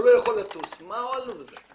הוא לא יכול לטוס, מה הועלנו בזה?